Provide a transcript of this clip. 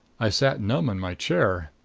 i sat numb in my chair.